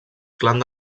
clan